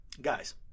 guys